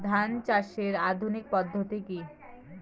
ধান চাষের আধুনিক পদ্ধতি কি?